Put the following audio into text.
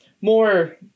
more